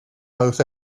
both